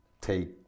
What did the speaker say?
take